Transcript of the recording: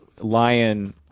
Lion